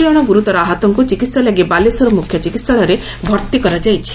ସଜଶ ଗୁରୁତର ଆହତଙ୍କୁ ଚିକିହା ଲାଗି ବାଲେଶ୍ୱର ମୁଖ୍ୟ ଚିକିହାଳୟରେ ଭର୍ଉ କରାଯାଇଛି